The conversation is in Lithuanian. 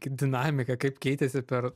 dinamiką kaip keitėsi per